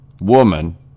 woman